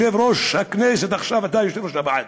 יש שיגידו שאולי אני חולמת בהקיץ,